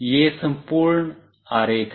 यह संपूर्ण आरेख है